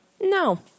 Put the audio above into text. no